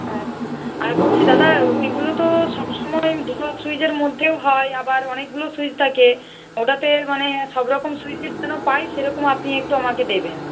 আর বলছি দাদা ওইগুলো তো সবসময় সুইচের মধ্যেও হয় আবার অনেকগুলো সুইচ থাকে ওটাতে মানে সব রকম সুইচের যেন পাই সেরকম আপনি একটু আমাকে দেবেন